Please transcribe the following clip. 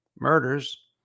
murders